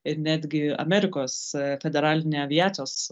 ir netgi amerikos federalinė aviacijos